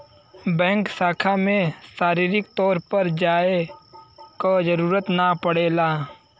bank शाखा में शारीरिक तौर पर जाये क जरुरत ना पड़ेला